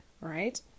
right